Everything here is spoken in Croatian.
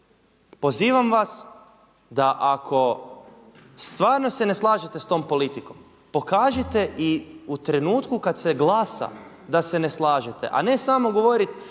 pozivam vas da ako stvarno se ne slažete s tom politikom pokažite i u trenutku kad se glasa da se ne slažete a ne samo govoriti